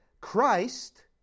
Christ